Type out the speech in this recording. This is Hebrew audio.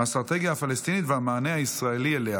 האסטרטגיה הפלסטינית והמענה הישראלי אליה.